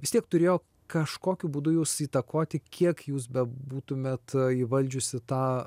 vis tiek turėjo kažkokiu būdu jus įtakoti kiek jūs bebūtumėt įvaldžiusi tą